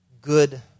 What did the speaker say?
good